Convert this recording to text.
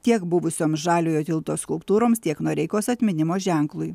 tiek buvusiom žaliojo tilto skulptūroms tiek noreikos atminimo ženklui